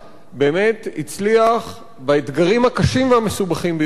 הצליח באתגרים הקשים והמסובכים ביותר.